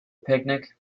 picnic